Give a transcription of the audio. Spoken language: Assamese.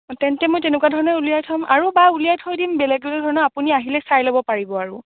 তেন্তে মই তেনেকুৱা ধৰণৰে উলিয়াই থম আৰু বা উলিয়াই থৈ দিম বেলেগ বেলেগ ধৰণৰ আপুনি আহিলে চাই ল'ব পাৰিব আৰু